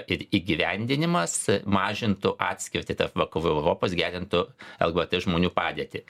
ir įgyvendinimas mažintų atskirtį tarp vakarų europos gerintų lgbt žmonių padėtį